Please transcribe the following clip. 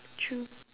true